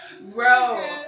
bro